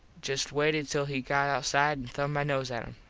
just waited till he got outside an thumbed my nose at him.